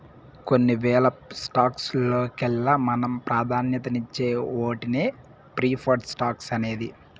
కొన్ని వేల స్టాక్స్ లోకెల్లి మనం పాదాన్యతిచ్చే ఓటినే ప్రిఫర్డ్ స్టాక్స్ అనేది